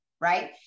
right